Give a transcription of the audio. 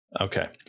Okay